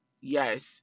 Yes